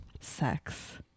Sex